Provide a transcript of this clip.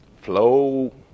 flow